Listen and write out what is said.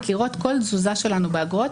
לראות כל תזוזה שלנו באגרות,